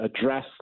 address